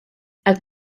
għall